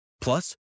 Plus